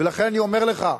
ולכן אני אומר לך: